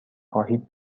خواهید